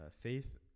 faith